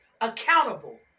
accountable